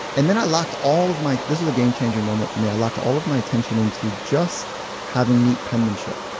and then i locked all of my, this was a game changing moment for me. i locked all of my attention into just having neat penmanship.